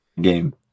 Game